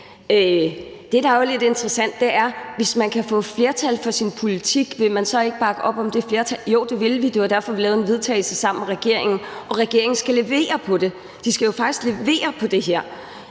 Det, der er lidt interessant, er, at hvis man kan få flertal for sin politik, vil man så ikke bakke op om det flertal? Jo, det vil vi, og det var derfor, vi lavede en vedtagelse sammen med regeringen, og regeringen skal levere på det, de skal faktisk levere på det her.